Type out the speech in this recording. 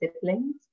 siblings